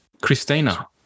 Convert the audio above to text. Christina